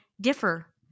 differ